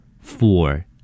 four